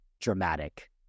dramatic